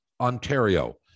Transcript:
Ontario